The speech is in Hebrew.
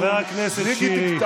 חבר הכנסת שירי.